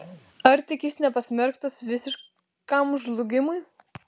ar tik jis nepasmerktas visiškam žlugimui